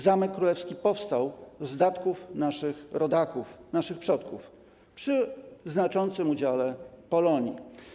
Zamek Królewski powstał z datków naszych rodaków, naszych przodków, przy znaczącym udziale Polonii.